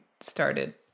started